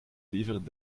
liever